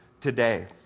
today